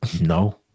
No